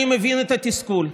אני מבין את התסכול,